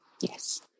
Yes